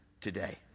today